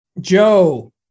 Joe